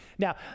Now